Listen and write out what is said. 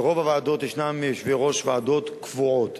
ברוב הוועדות ישנם יושבי-ראש ועדות קבועים.